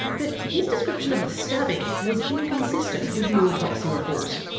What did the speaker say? but his description of the stabbing was inconsistent with the autopsy report.